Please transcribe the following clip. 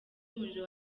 umuriro